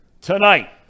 Tonight